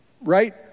right